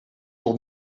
toch